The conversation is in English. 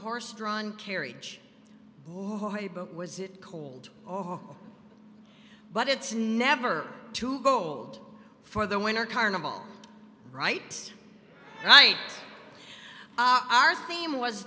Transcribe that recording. horse drawn carriage was it cold but it's never too cold for the winter carnival right right our theme was